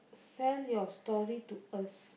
sell your story to us